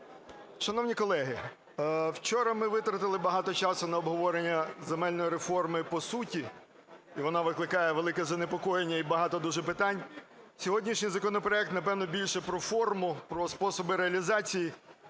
Шановні колеги, вчора ми витратили багато часу на обговорення земельної реформи по суті, і вона викликає велике занепокоєння, і багато дуже питань, сьогоднішній законопроект, напевно, більше про форму, про способи реалізації,